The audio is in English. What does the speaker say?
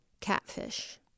catfish